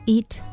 Eat